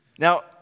Now